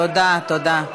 תודה, תודה.